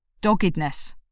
doggedness